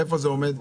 איפה זה עומד?